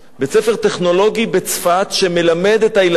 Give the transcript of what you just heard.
בית-ספר טכנולוגי בצפת שמלמד את הילדים